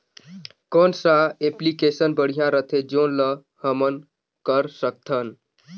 कौन सा एप्लिकेशन बढ़िया रथे जोन ल हमन कर सकथन?